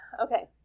okay